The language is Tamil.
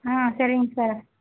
ஆ சரிங் சார்